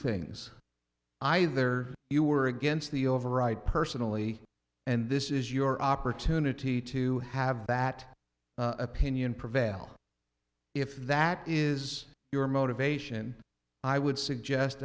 things either you were against the override personally and this is your opportunity to have that opinion prevail if that is your motivation i would suggest